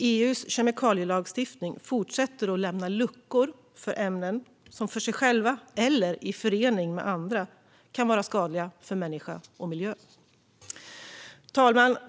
EU:s kemikalielagstiftning fortsätter att lämna luckor för ämnen som för sig själva eller i förening med andra kan vara skadliga för människa och miljö. Fru talman!